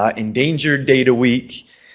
ah endangered data week.